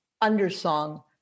undersong